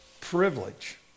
privilege